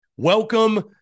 Welcome